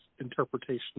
interpretation